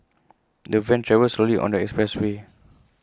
the van travelled slowly on the expressway